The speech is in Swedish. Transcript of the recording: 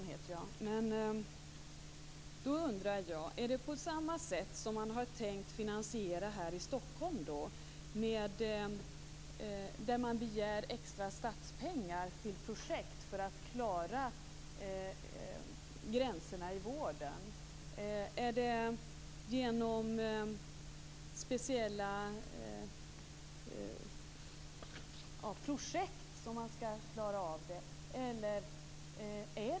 Herr talman! Jag heter Sonja Fransson. Har man tänkt finansiera på samma sätt här i Stockholm? Man begär ju extra statspengar till projekt för att klara av gränserna i vården. Är det genom speciella projekt som man skall klara av det här?